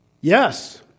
yes